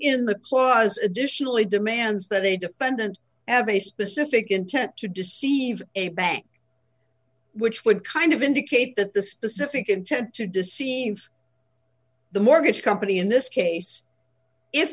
in the clause additionally demands that they defendant have a specific intent to deceive a bank which would kind of indicate that the specific intent to deceive the mortgage company in this case if